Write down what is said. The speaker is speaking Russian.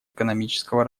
экономического